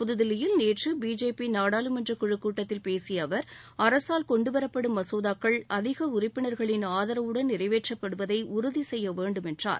புதுதில்லியில் நேற்றுபிஜேபிநாடாளுமன்றகுழுக்கூட்டத்தில் பேசியஅவர் அரசால் கொன்டுவரப்படும் மசோதாக்கள் அதிகஉறுப்பினர்களின் ஆதரவுடன் நிறைவேற்றப்படுவதைஉறுதிசெய்யவேண்டும் என்றார்